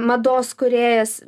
mados kūrėjas